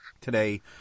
Today